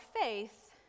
faith